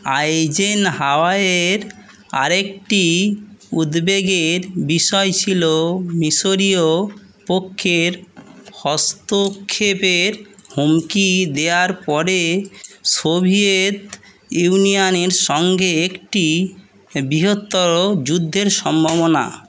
আইজেনহাওয়ারের আরেকটি উদ্বেগের বিষয় ছিল মিশরীয় পক্ষের হস্তক্ষেপের হুমকি দেওয়ার পরে সোভিয়েত ইউনিয়নের সঙ্গে একটি বৃহত্তর যুদ্ধের সম্ভাবনা